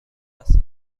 است